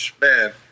man